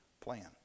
plan